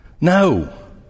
No